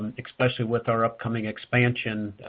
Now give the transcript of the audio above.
and especially with our upcoming expansion,